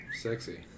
Sexy